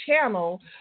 channel